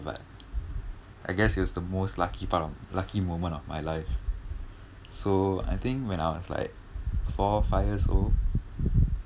but I guess it was the most lucky part lucky moment of my life so I think when I was like four five years old